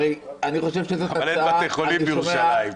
הרי אני חושב שזו תוצאה --- צריך בתי חולים בירושלים.